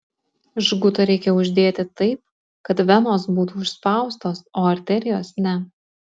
žgutą reikia uždėti taip kad venos būtų užspaustos o arterijos ne